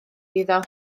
iddo